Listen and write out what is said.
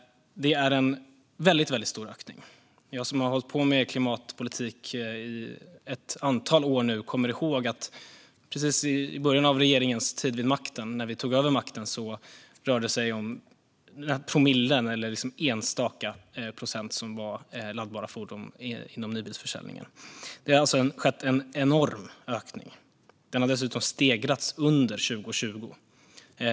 Det är en väldigt stor ökning. Jag som nu har hållit på med klimatpolitik ett antal år kommer ihåg att precis i början på regeringens tid vid makten, när vi tog över makten, rörde det sig om promillen eller enstaka procent som var laddbara fordon inom nybilsförsäljningen. Det har alltså skett en enorm ökning. Den har dessutom stegrats under 2020.